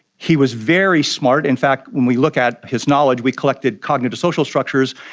he was very smart. in fact when we look at his knowledge, we collected cognitive social structures,